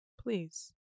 Please